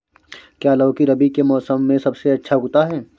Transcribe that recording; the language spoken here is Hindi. क्या लौकी रबी के मौसम में सबसे अच्छा उगता है?